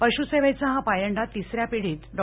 पशुसेवेचा हा पायंडा तिसऱ्या पिढीत डॉ